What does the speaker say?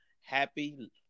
happy